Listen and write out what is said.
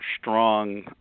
strong